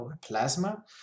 plasma